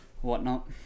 whatnot